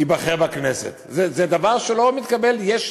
ייבחר לכנסת, זה דבר שלא מתקבל, יש